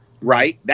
right